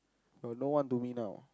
you're no one to me now